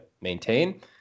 maintain